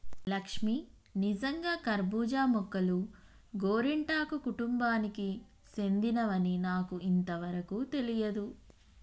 లక్ష్మీ నిజంగా కర్బూజా మొక్కలు గోరింటాకు కుటుంబానికి సెందినవని నాకు ఇంతవరకు తెలియదు